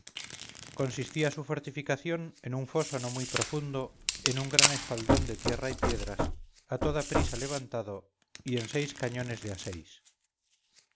consistía su fortificación en un foso no muy profundo en un gran espaldón de tierra y piedras a toda prisa levantado y en seis cañones de a